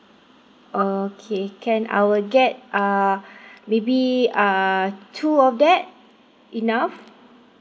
okay can I will get uh maybe uh two of that enough